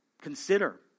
consider